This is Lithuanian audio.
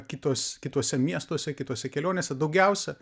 kitos kituose miestuose kitose kelionėse daugiausia